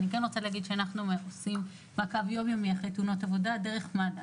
אנחנו עושים מעקב יומיומי אחרי תאונות העבודה דרך מד"א.